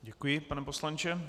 Děkuji, pane poslanče.